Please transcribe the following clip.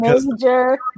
Major